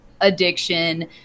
Addiction